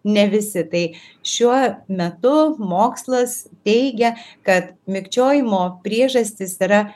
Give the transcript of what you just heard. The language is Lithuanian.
ne visi tai šiuo metu mokslas teigia kad mikčiojimo priežastys yra